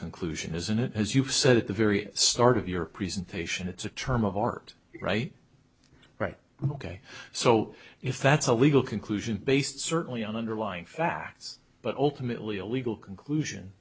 conclusion isn't it as you said at the very start of your presentation it's a term of art right right ok so if that's a legal conclusion based certainly on underlying facts but ultimately a legal conclusion